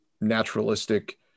naturalistic